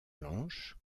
blanches